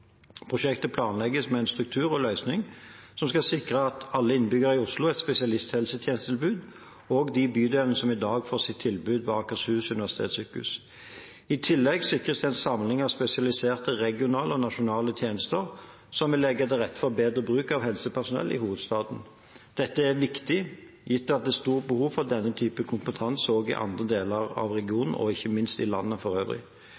Prosjektet planlegges med en struktur og løsninger som skal sikre alle innbyggerne i Oslo et spesialisthelsetjenestetilbud, også de bydelene som i dag får sitt tilbud ved Akershus universitetssykehus. I tillegg sikres en samling av spesialiserte regionale og nasjonale tjenester, som vil legge til rette for bedre bruk av helsepersonell i hovedstaden. Dette er viktig, gitt at det er et stort behov for denne typen kompetanse også i andre deler av regionen og ikke minst i landet for øvrig.